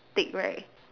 thick right